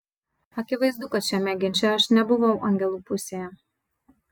akivaizdu kad šiame ginče aš nebuvau angelų pusėje